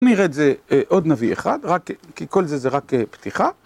נראה את זה עוד נביא אחד, רק כי כל זה זה רק פתיחה.